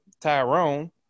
Tyrone